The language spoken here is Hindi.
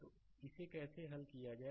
तो इसे कैसे हल किया जाए